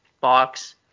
box